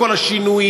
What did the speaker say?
מישהו.